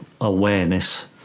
awareness